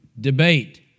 debate